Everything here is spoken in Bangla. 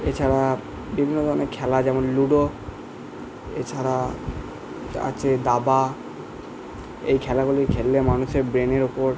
এছাড়া বিভিন্ন ধরণের খেলা যেমন লুডো এছাড়া আছে দাবা এই খেলাগুলি খেললে মানুষের ব্রেনের ওপর